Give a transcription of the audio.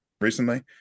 recently